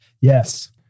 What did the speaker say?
Yes